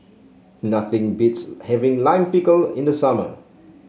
nothing beats having Lime Pickle in the summer